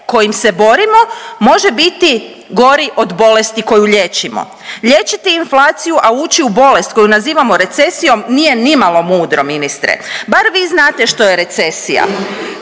kojim se borimo može biti gori od bolesti koju liječimo. Liječiti inflaciju, a ući u bolest koju nazivamo recesijom nije nimalo mudro ministre, bar vi znate što je recesija,